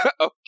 Okay